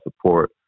support